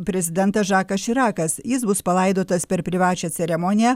prezidentas žakas širakas jis bus palaidotas per privačią ceremoniją